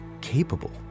capable